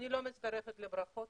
אני לא מצטרפת לברכות